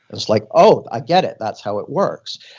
it's like, oh, i get it. that's how it works.